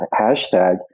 hashtag